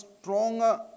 stronger